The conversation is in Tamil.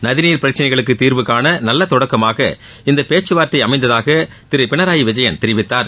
நதிநீர் பிரச்சினைகளுக்கு தீர்வு காண நல்ல தொடக்கமாக இந்த பேச்சுவார்த்தை அமைந்ததாக திரு பினராயி விஜயன் தெரிவித்தார்